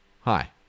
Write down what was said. Hi